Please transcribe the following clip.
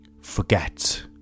forget